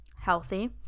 healthy